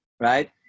right